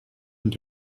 und